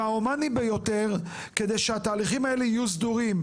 וההומאני ביותר כדי שהתהליכים האלה יהיו סדורים,